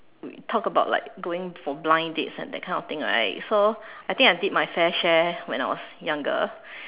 we talk about like going for blind dates and that kind of thing right so I think I did my fair share when I was younger